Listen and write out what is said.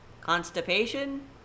constipation